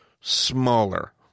smaller